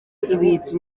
ibitse